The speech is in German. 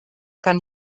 kann